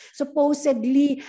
supposedly